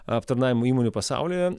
aptarnavimo įmonių pasaulyje